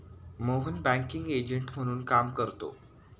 Mohan banking agent म्हणून काम करतो